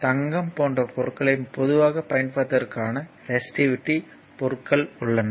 தங்கம் போன்ற பொருட்களைப் பொதுவாகப் பயன்படுத்துவதற்கான ரெசிஸ்டிவிட்டி பொருட்கள் உள்ளன